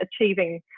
achieving